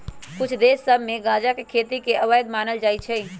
कुछ देश सभ में गजा के खेती के अवैध मानल जाइ छै